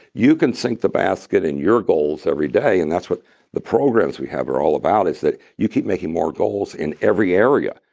you can sink the basket in your goals every day, and that's what the programs we have are all about is that you keep making more goals in every area.